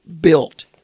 built